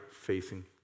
facing